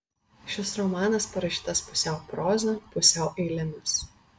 šis romanas parašytas pusiau proza pusiau eilėmis